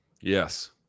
Yes